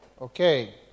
okay